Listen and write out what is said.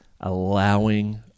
allowing